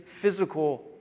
physical